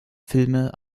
filme